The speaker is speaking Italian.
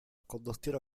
condottiero